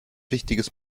wichtiges